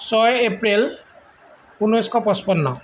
ছয় এপ্ৰিল ঊনৈছশ পঁচপন্ন